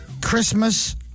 Christmas